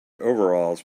overalls